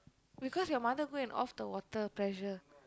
because your mother go and off the water pressure